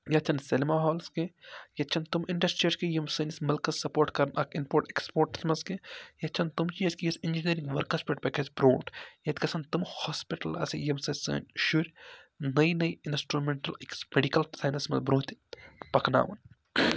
یَتھ چھِ نہٕ سینما ہالٕز کیٚنٛہہ ییٚتہِ چھِ نہٕ تِم اِنڈَسٹرٛیٖز کیٚنٛہہ یِم سٲنِس مُلکَس سَپورٹ کَران اَکھ اِمپوٹ ایکٕسپوٹَس منٛز کیٚنٛہہ یَتھ چھِ نہٕ تِم چیٖز کہِ یس اِنجیٖنٔرِنٛگ ؤرکَس پٮ۪ٹھ پَکہِ حظ برٛونٛٹھ ییٚتہِ گژھن تِم ہاسپِٹَل آسٕنۍ ییٚمہِ سۭتۍ سٲنۍ شُرۍ نٔے نٔے اِنَسٹرٛوٗمٮ۪نٛٹَل أکِس میٚڈِکَل ساینَسس منٛز برٛونٛہہ تہِ پَکناوان